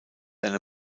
eine